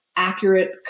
accurate